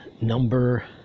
number